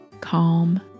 calm